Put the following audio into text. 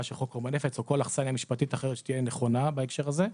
של חוק חומרי נפץ או כל אכסניה משפטית אחרת שתהיה נכונה בהקשר הזה,